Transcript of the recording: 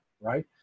right